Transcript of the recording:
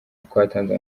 twatanze